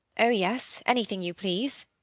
oh, yes anything you please!